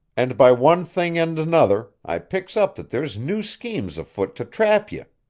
and by one thing and another i picks up that there's new schemes afoot to trap ye.